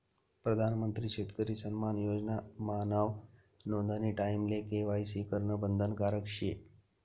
पंतप्रधान शेतकरी सन्मान योजना मा नाव नोंदानी टाईमले के.वाय.सी करनं बंधनकारक शे